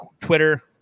Twitter